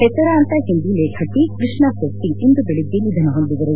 ಹೆಸರಾಂತ ಹಿಂದಿ ಲೇಖಕಿ ಕ್ಬಷ್ಣಾ ಸೋಬ್ತಿ ಇಂದು ಬೆಳಿಗ್ಗೆ ನಿಧನ ಹೊಂದಿದರು